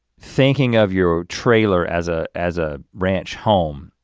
thinking of your trailer as ah as a ranch home,